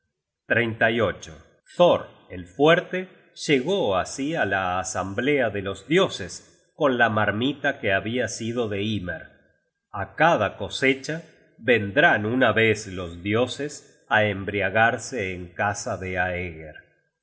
generated at thor el fuerte llegó así á la asamblea de los dioses con la marmita que habia sido de hymer á cada cosecha vendrán una vez los dioses á embriagarse en casa de aeger